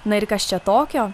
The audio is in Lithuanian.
na ir kas čia tokio